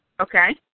Okay